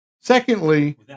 secondly